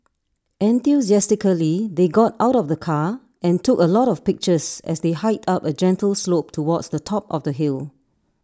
enthusiastically they got out of the car and took A lot of pictures as they hiked up A gentle slope towards the top of the hill